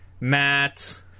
Matt